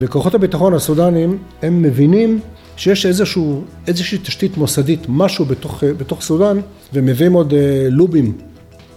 וכוחות הביטחון הסודנים הם מבינים שיש איזושהי תשתית מוסדית, משהו בתוך סודן ומביאים עוד לובים